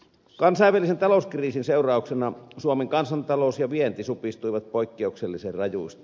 kansainvälisen talouskriisin seurauksena suomen kansantalous ja vienti supistuivat poikkeuksellisen rajusti